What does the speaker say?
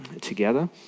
together